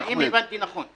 האם הבנתי נכון?